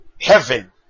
heaven